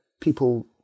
people